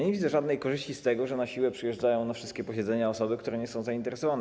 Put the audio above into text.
Nie widzę żadnej korzyści z tego, że na siłę przyjeżdżają na wszystkie posiedzenia osoby, które nie są zainteresowane.